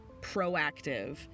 proactive